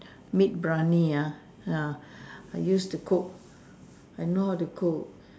meat Biryani ah ya I used to cook I know how to cook